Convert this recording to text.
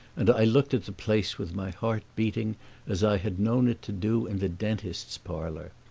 and i looked at the place with my heart beating as i had known it to do in the dentist's parlor.